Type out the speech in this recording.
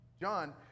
John